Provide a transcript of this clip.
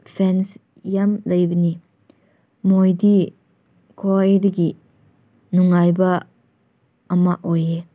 fans ꯌꯥꯝ ꯂꯩꯕꯅꯤ ꯃꯣꯏꯗꯤ ꯈ꯭ꯋꯥꯏꯗꯒꯤ ꯅꯨꯡꯉꯥꯏꯕ ꯑꯃ ꯑꯣꯏꯌꯦ